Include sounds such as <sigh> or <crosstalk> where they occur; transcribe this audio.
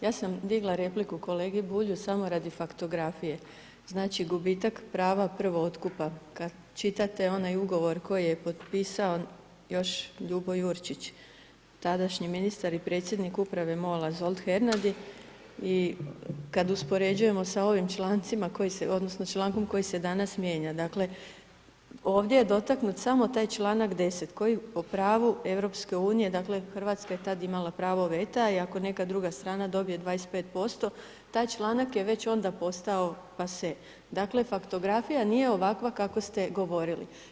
Ja sam digla repliku kolegi Bulju samo radi faktografije, znači gubitak prava prvo otkupa, kada čitate one u govore koje je potpisao još Ljubo Jurčić, tadašnji ministar i predsjednik uprave MOL … <unintelligible> i kada uspoređujemo sa ovim člancima, odnosno, člankom koji se danas mijenja dakle, ovdje je dotaknut samo taj čl. 10. koji po pravu EU, dakle, RH je tad imala pravo veta i ako neka druga strana dobije 25%, taj članak je već onda postao, pa se, dakle, faktografija nije ovakva kako ste govorili.